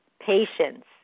patience